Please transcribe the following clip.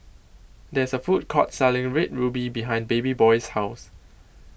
There IS A Food Court Selling Red Ruby behind Babyboy's House